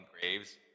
Graves